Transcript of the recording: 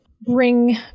bring